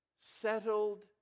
settled